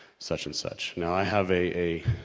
such and such. now, i have a,